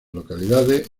localidades